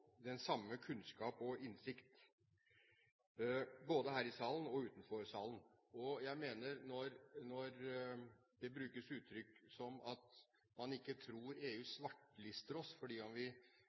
samme kunnskap og innsikt – både i salen og utenfor. Jeg mener at når det brukes uttrykk som at man ikke tror EU svartelister oss om vi